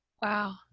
Wow